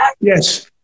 Yes